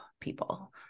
people